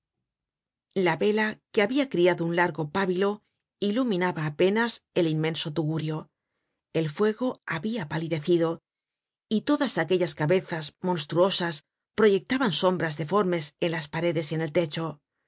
la vela que habia criado un largo pábilo iluminaba apenas el inmenso tugurio el fuego habia palidecido y todas aquellas cabezas monstruosas proyectaban sombras deformes en las paredes y en el techo